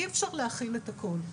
אי אפשר להכיל את הכול.